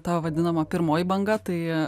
ta vadinama pirmoji banga tai